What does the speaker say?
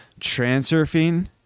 transurfing